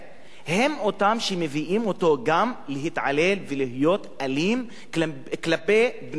הן אותן סיבות שמביאות אותו גם להתעלל ולהיות אלים כלפי בני-האדם.